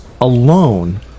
alone